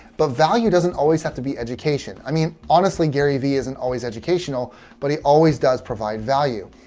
but value doesn't always have to be education. i mean, honestly gary vee isn't always educational but he always does provide value.